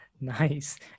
Nice